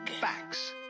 facts